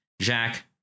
Jack